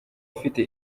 afite